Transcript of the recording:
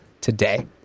today